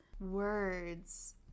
words